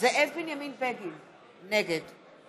זאב בנימין בגין, נגד